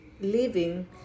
living